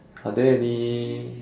are there any